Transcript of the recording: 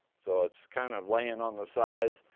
so it's kind of laying on the sides.